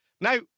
Now